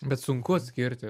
bet sunku atskirti